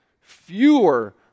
Fewer